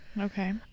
Okay